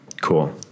Cool